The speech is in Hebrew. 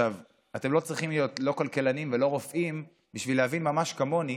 אתם לא צריכים להיות לא כלכלנים ולא רופאים בשביל להבין ממש כמוני